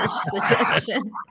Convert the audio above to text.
suggestion